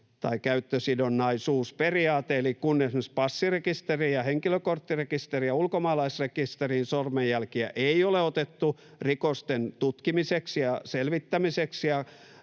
tai käyttösidonnaisuusperiaate, eli kun esimerkiksi passirekisteriin ja henkilökorttirekisteriin ja ulkomaalaisrekisteriin ei ole sormenjälkiä otettu rikosten tutkimiseksi ja selvittämiseksi